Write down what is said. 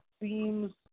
seems